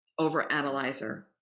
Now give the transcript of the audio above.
overanalyzer